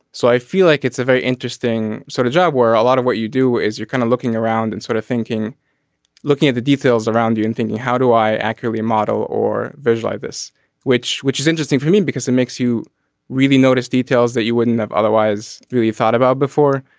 so i feel like it's a very interesting sort of job where a lot of what you do is you're kind of looking around and sort of thinking looking at the details around you and thinking how do i accurately model or visualize this which which is interesting for me because it makes you really notice details that you wouldn't have otherwise really thought about before.